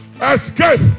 escape